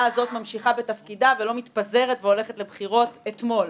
הזאת ממשיכה בתפקידה ולא מתפזרת והוכלת לבחירות אתמול,